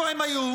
איפה הם היו?